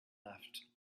left